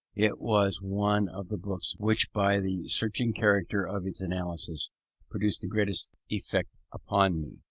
it was one of the books which by the searching character of its analysis produced the greatest effect upon me.